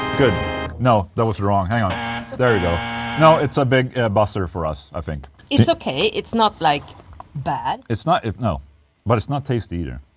no that was wrong, hang on yeah there yeah no, it's a big buster for us i think. it's ok, it's not like bad it's not. no but it's not tasty either.